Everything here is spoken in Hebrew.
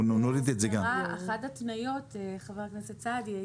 אחת ההתניות חבר הכנסת סעדי,